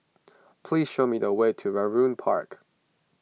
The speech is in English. please show me the way to Vernon Park